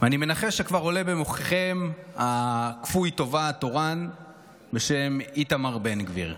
אני מנחש שכבר עלה במוחכם כפוי הטובה התורן בשם איתמר בן גביר.